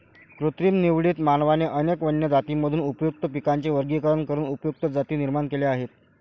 कृत्रिम निवडीत, मानवाने अनेक वन्य जातींमधून उपयुक्त पिकांचे वर्गीकरण करून उपयुक्त जाती निर्माण केल्या आहेत